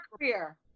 career